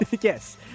Yes